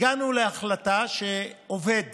הגענו להחלטה שעובד